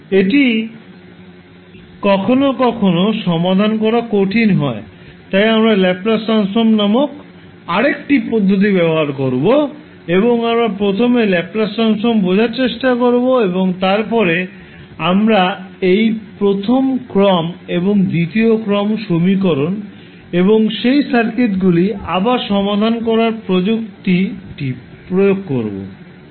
এটি কখনও কখনও সমাধান করা কঠিন হয় তাই আমরা ল্যাপ্লাস ট্রান্সফর্ম নামক আরেকটি পদ্ধতি ব্যবহার করব এবং আমরা প্রথমে ল্যাপ্লাস ট্রান্সফর্ম বোঝার চেষ্টা করব এবং তারপরে আমরা এই প্রথম ক্রম এবং দ্বিতীয় ক্রম সমীকরণ এবং সেই সার্কিটগুলি আবার সমাধান করার জন্য প্রযুক্তিটি প্রয়োগ করব